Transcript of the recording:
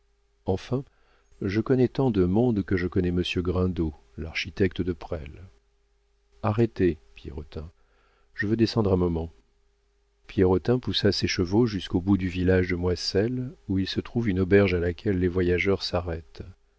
enfin je connais tant de monde que je connais monsieur grindot l'architecte de presles arrêtez pierrotin je veux descendre un moment pierrotin poussa ses chevaux jusqu'au bout du village de moisselles où il se trouve une auberge à laquelle les voyageurs s'arrêtent